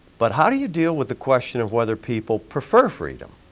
but how do you deal with the question of whether people prefer freedom?